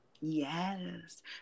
Yes